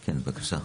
כן, בבקשה.